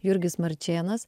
jurgis marčėnas